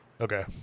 Okay